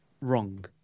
wrong